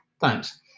Thanks